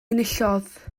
enillodd